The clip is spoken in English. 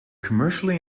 commercially